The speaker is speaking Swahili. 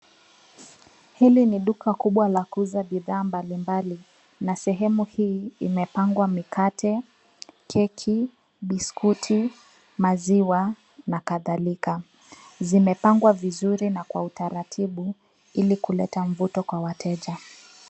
Hili ni duka kubwa la kuuza bidhaa mbalimbali na sehemu hii imepangwa mikate, keki, biskuti, maziwa na kadhalika. Zimepangwa vizuri na kwa utaratibu ili kuleta mvuto kwa wateja.